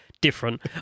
different